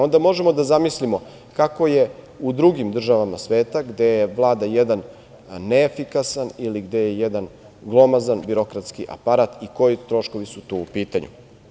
Onda možemo da zamislimo kako je u drugim državama sveta gde vlada jedan neefikasan ili gde je jedan glomazan birokratski aparat i koji troškovi su tu u pitanju.